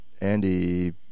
Andy